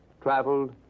Traveled